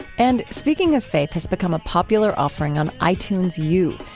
and speaking of faith has become a popular offering on itunes u,